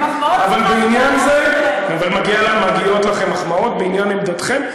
מחמאות, אבל מגיעות לכם מחמאות בעניין עמדתכם.